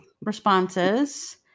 responses